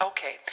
Okay